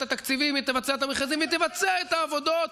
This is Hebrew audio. התקציבים ותבצע את המכרזים ותבצע את העבודות.